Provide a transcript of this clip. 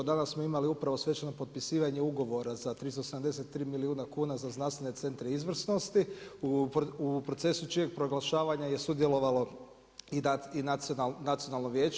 Danas smo imali upravo svečano potpisivanje Ugovora za 373 milijuna kuna za znanstvene centre izvrsnosti u procesu čijeg proglašavanja je sudjelovalo i Nacionalno vijeće.